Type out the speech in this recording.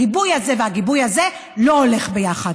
הגיבוי הזה והגיבוי הזה לא הולכים ביחד.